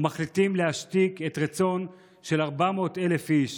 ומחליטים להשתיק רצון של 400,000 איש